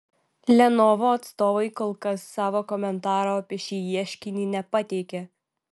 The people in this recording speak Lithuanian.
lenovo atstovai kol kas savo komentaro apie šį ieškinį nepateikė